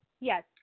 Yes